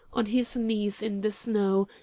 on his knees in the snow,